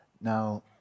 Now